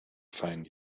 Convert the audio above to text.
find